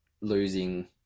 losing